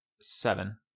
seven